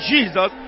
Jesus